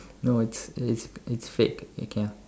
no it's it's it's fake